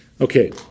Okay